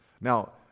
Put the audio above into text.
Now